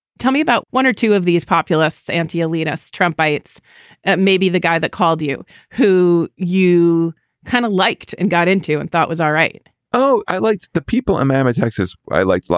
tell me about one or two of these populists anti-elitist trump by its maybe the guy that called you who you kind of liked and got into and thought was all right oh, i liked the people. a mama texas. i liked. like